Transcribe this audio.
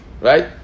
right